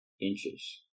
inches